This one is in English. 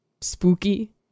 spooky